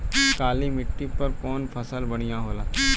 काली माटी पर कउन फसल बढ़िया होला?